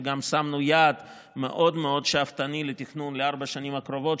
וגם שמנו יעד מאוד מאוד שאפתני לתכנון לארבע השנים הקרובות,